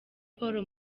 paul